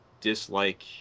dislike